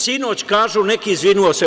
Sinoć, kažu neki, izvinio se.